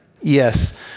Yes